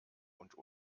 und